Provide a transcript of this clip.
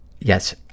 Yes